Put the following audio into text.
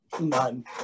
None